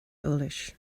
eolais